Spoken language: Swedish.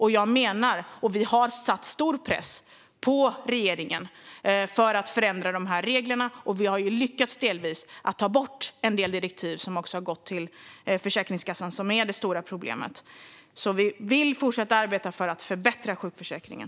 Vi har satt stor press på regeringen för att förändra dessa regler. Vi har delvis lyckats med att ta bort en del direktiv till Försäkringskassan som är det stora problemet. Vi vill fortsätta att arbeta för att förbättra sjukförsäkringen.